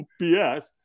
BS